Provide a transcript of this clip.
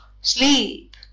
sleep